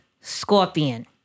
Scorpion